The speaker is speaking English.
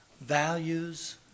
values